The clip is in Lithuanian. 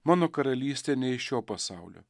mano karalystė ne iš šio pasaulio